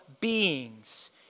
beings